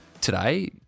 today